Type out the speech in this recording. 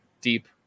deep